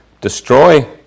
Destroy